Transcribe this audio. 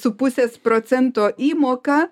su pusės procento įmoką